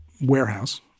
warehouse